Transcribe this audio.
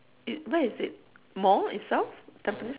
it where is it mall itself tampines ma~